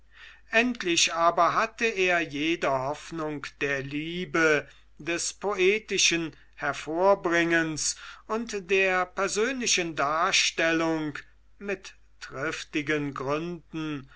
endlich aber hatte er jede hoffnung der liebe des poetischen hervorbringens und der persönlichen darstellung mit triftigen gründen